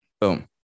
boom